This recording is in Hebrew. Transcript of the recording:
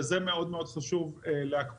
ועל זה מאוד מאוד חשוב להקפיד,